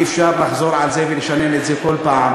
ואי-אפשר לחזור על זה ולשנן את זה כל פעם,